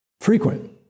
frequent